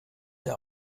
der